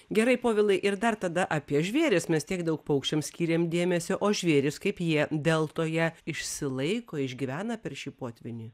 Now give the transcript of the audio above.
gerai povilai ir dar tada apie žvėris mes tiek daug paukščiams skyrėm dėmesio o žvėrys kaip jie deltoje išsilaiko išgyvena per šį potvynį